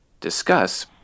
discuss